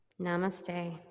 Namaste